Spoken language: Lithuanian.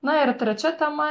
na ir trečia tema